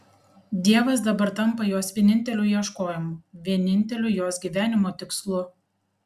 dievas dabar tampa jos vieninteliu ieškojimu vieninteliu jos gyvenimo tikslu